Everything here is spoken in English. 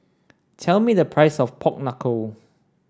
tell me the price of pork knuckle